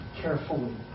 carefully